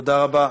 עוד שאלה.